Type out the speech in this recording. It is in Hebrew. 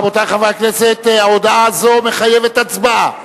רבותי חברי הכנסת, ההודעה הזאת מחייבת הצבעה,